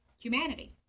Humanity